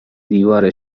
دیوار